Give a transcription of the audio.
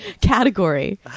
category